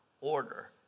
order